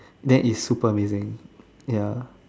then is super amazing ya